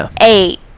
eight